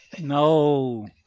No